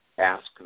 ask